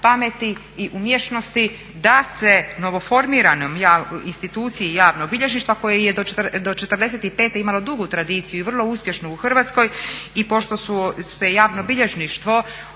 pameti i umješnosti da se novoformiranoj instituciji javnog bilježništva koje je do 45. imalo dugu tradiciju i vrlo uspješnu u Hrvatskoj i pošto su se javnobilježništvo